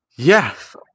Yes